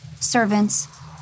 servants